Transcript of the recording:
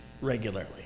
regularly